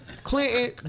Clinton